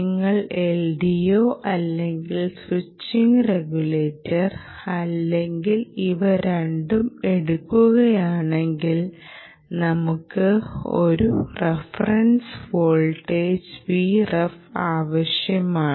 നിങ്ങൾ LDO അല്ലെങ്കിൽ switching regulator അല്ലെങ്കിൽ ഇവ രണ്ടും എടുക്കുകയാണെങ്കിൽ നമുക്ക് ഒരു റഫറൻസ് വോൾട്ടേജ് Vref ആവശ്യമാണ്